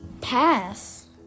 pass